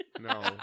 No